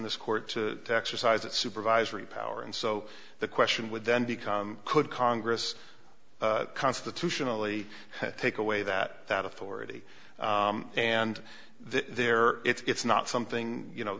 this court to exercise its supervisory power and so the question would then become could congress constitutionally take away that that authority and there it's not something you know